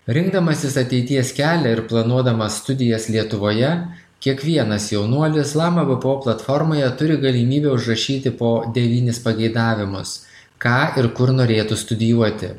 rinkdamasis ateities kelią ir planuodamas studijas lietuvoje kiekvienas jaunuolis lama bpo platformoje turi galimybę užrašyti po devynis pageidavimus ką ir kur norėtų studijuoti